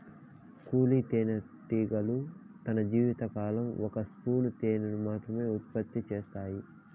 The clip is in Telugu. కూలీ తేనెటీగలు తన జీవిత కాలంలో ఒక స్పూను తేనెను మాత్రమె ఉత్పత్తి చేత్తాయి